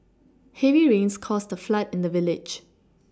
heavy rains caused a flood in the village